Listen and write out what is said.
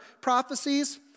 prophecies